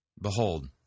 behold